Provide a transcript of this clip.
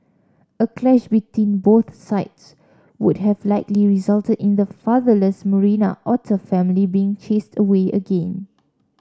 a clash between both sides would have likely resulted in the fatherless Marina otter family being chased away again